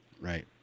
Right